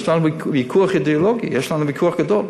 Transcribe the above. יש לנו ויכוח אידיאולוגי, יש לנו ויכוח גדול.